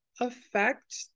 affect